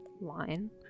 line